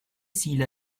s’il